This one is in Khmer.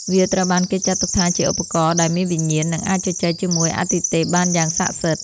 វាត្រូវបានគេចាត់ទុកថាជាឧបករណ៍ដែលមានវិញ្ញាណ និងអាចជជែកជាមួយអាទិទេពបានយ៉ាងស័ក្តិសិទ្ធិ។